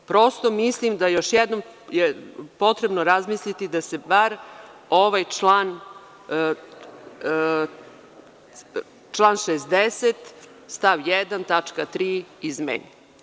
Prosto mislim da je još jednom potrebno razmisliti da se bar ovaj član 60. stav 1. tačka 3. izmeni.